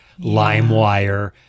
LimeWire